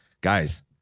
guys